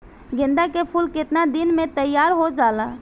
गेंदा के फूल केतना दिन में तइयार हो जाला?